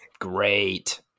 great